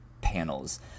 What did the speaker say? panels